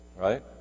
Right